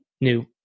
new